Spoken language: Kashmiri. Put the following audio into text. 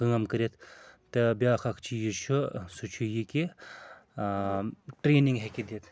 کٲم کٔرِتھ تہٕ بیٛاکھ اَکھ چیٖز چھُ سُہ چھُ یہِ کہِ ٹرٛینِنٛگ ہیٚکہِ دِتھِ